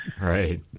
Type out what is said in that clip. right